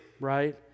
right